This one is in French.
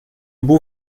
beau